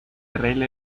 arregle